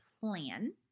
plan